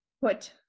put